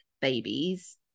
babies